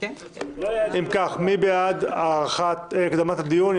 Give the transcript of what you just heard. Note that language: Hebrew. אם כך, מי בעד הקדמת הדיון?